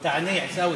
תענה, עיסאווי.